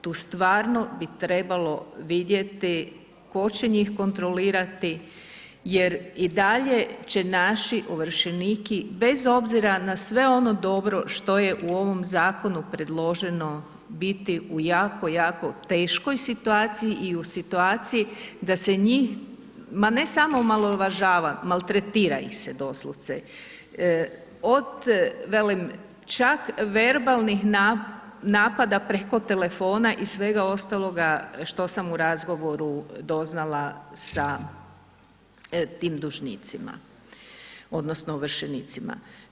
Tu stvarno bi trebalo vidjeti tko će njih kontrolirati jer i dalje će naši ovršenici bez obzira na sve ono dobro što je u ovom zakonu predloženo biti u jako, jako teškoj situaciji i u situaciju da se njih, ma ne samo omalovažava, maltretira ih se doslovce, od velim čak verbalnih napada preko telefona i svega ostaloga što sam u razgovoru doznala sa tim dužnicima odnosno ovršenicima.